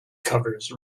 covers